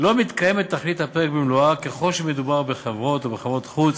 לא מתקיימת תכלית הפרק במלואה ככל שמדובר בחברות או בחברות-חוץ